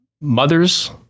mothers